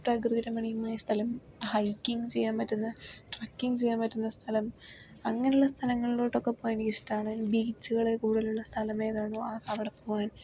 പ്രകൃതിരമണീയമായ സ്ഥലം ഹൈകിങ് ചെയ്യാൻ പറ്റുന്ന ട്രക്കിംഗ് ചെയ്യാൻ പറ്റുന്ന സ്ഥലം അങ്ങനെയുള്ള സ്ഥലങ്ങളിലോട്ടൊക്കെ പോകാൻ എനിക്കിഷ്ടമാണ് ബീച്ചുകൾ കൂടുതലുള്ള സ്ഥലം ഏതാണോ അവിടെ പോകാൻ